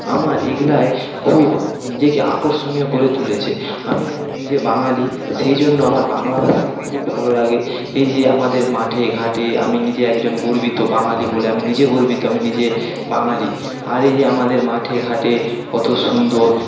আমার এ গুলোয় খুব নিজেকে আকর্ষণীয় করে তুলেছে আমি একজন নিজে বাঙালি সেই জন্য আমার বাংলা ভাষাকে খুব ভালো লাগে এই যে আমাদের মাঠে ঘাটে আমি নিজে একজন গর্বিত বাঙালি বলে আমি নিজে গর্বিত আমি নিজে বাঙালি আর এই যে আমাদের মাঠে ঘাটে কতো সুন্দর